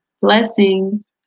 Blessings